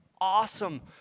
awesome